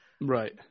Right